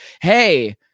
hey